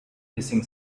hissing